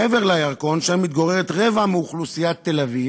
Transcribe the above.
מעבר לירקון, שם מתגוררת רבע מאוכלוסיית תל-אביב,